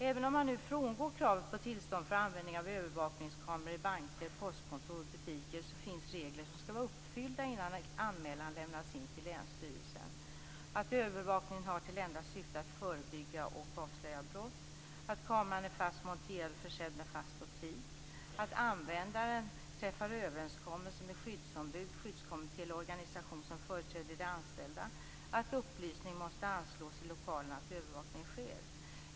Även om man nu frångår kravet på tillstånd för användning av övervakningskameror i banker, postkontor och butiker finns det regler som skall vara uppfyllda innan anmälan lämnas in till länsstyrelsen, nämligen att övervakningen har till enda syfte att förebygga och avslöja brott, att kameran är fast monterad och försedd med fast optik, att användaren träffar överenskommelser med skyddsombud, skyddskommitté eller organisation som företräder de anställda, att upplysning måste anslås i lokalerna att övervakning sker.